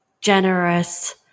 generous